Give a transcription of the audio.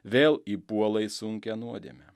vėl įpuola į sunkią nuodėmę